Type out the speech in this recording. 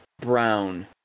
brown